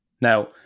Now